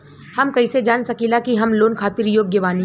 हम कईसे जान सकिला कि हम लोन खातिर योग्य बानी?